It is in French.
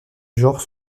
genre